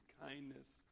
kindness